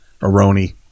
aroni